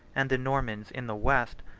and the normans in the west,